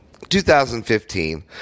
2015